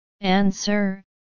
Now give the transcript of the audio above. Answer